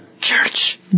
Church